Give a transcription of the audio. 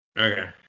Okay